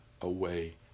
away